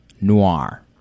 noir